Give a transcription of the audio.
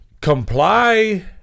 comply